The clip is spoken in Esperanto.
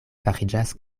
fariĝas